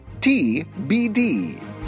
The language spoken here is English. TBD